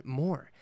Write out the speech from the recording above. more